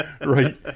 right